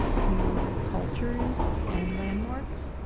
to cultures and landmarks.